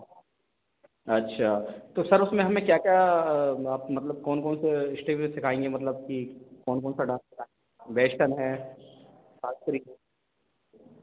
अच्छा तो सर उसमें हमें क्या क्या मतलब कौन कौन से स्टेप सिखाएँगी मतलब कि कौन कौन सा डांस वेस्टर्न है